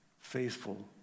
faithful